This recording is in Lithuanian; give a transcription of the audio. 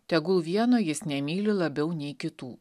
tegul vieno jis nemyli labiau nei kitų